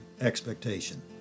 expectation